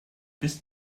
bis